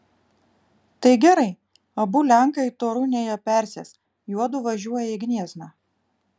tai gerai abu lenkai torunėje persės juodu važiuoja į gniezną